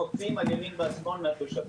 חוטפים על ימין ועל שמאל מהתושבים.